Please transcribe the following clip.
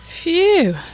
Phew